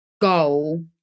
goal